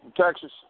Texas